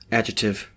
Adjective